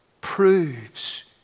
proves